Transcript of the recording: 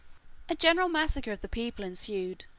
a general massacre of the people ensued,